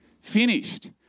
finished